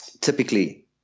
typically